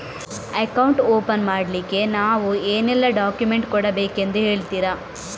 Account open ಮಾಡ್ಲಿಕ್ಕೆ ನಾವು ಏನೆಲ್ಲ ಡಾಕ್ಯುಮೆಂಟ್ ಕೊಡಬೇಕೆಂದು ಹೇಳ್ತಿರಾ?